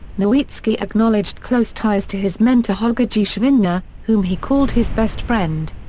nowitzki acknowledged close ties to his mentor holger geschwindner, whom he called his best friend.